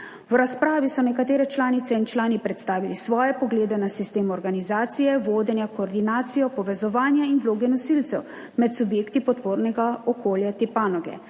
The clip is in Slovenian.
V razpravi so nekatere članice in člani predstavili svoje poglede na sistem organizacije vodenja, koordinacijo povezovanja in vloge nosilcev med subjekti podpornega okolja te panoge.